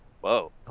Whoa